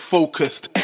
Focused